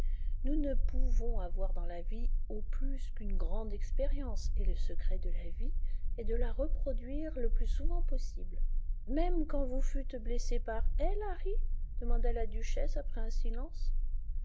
nous ne pouvons avoir dans la vie au plus qu'une grande expérience et le secret de la vie est de la reproduire le plus souvent possible même quand vous fûtes blessé par elle harry demanda la duchesse après un silence